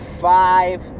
five